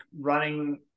running